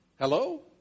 Hello